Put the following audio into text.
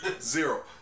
zero